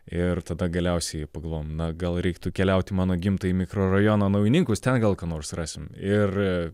ir tada galiausiai pagalvojom na gal reiktų keliauti į mano gimtąjį mikrorajoną naujininkus ten gal ką nors surasim ir